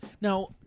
Now